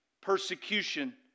Persecution